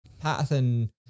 Patterson